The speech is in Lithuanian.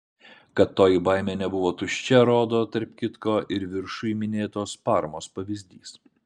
kad toji baimė nebuvo tuščia rodo tarp kitko ir viršuj minėtos parmos pavyzdys